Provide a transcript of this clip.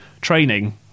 training